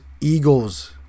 Eagles